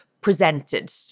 presented